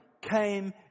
came